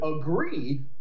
agree